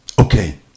Okay